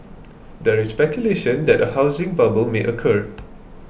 there is speculation that a housing bubble may occur